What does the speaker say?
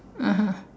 (uh huh)